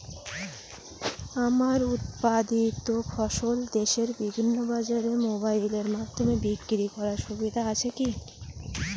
আমার উৎপাদিত ফসল দেশের বিভিন্ন বাজারে মোবাইলের মাধ্যমে বিক্রি করার সুবিধা আছে কি?